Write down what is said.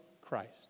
Christ